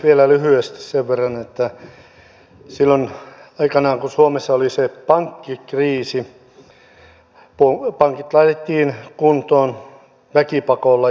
vielä lyhyesti sen verran että silloin aikanaan kun suomessa oli se pankkikriisi pankit laitettiin kuntoon väkipakolla